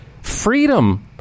Freedom